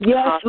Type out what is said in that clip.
Yes